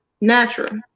natural